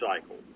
cycle